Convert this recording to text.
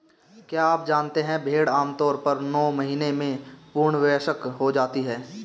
क्या आप जानते है भेड़ आमतौर पर नौ महीने में पूर्ण वयस्क हो जाती है?